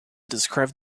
describe